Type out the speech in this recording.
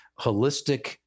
holistic